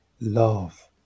Love